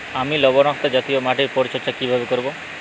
আমি লবণাক্ত জাতীয় মাটির পরিচর্যা কিভাবে করব?